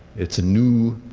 it's a new